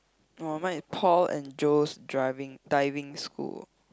oh mine is Paul and Joe's driving Diving School